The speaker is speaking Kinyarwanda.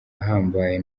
ahambaye